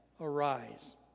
arise